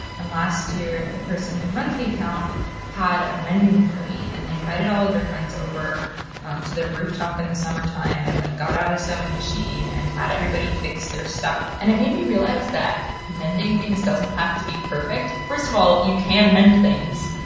and last year the person who runs the account had a mending party, and they invited all of their friends over to their rooftop in the summertime, and like got out a sewing machine and had everybody fix their stuff. and it made me realize that mending things doesn't have to be perfect. first of all, you cam mend things.